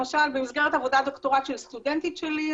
למשל במסגרת עבודת דוקטורט של סטודנטית שלי,